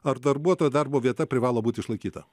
ar darbuotojo darbo vieta privalo būti išlaikyta